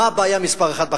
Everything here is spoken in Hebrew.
מה הבעיה מספר אחת בחינוך.